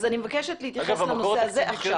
אז אני מבקשת להתייחס לנושא הזה עכשיו.